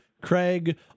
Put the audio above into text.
Craig